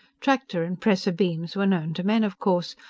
tractor and pressor beams were known to men, of course,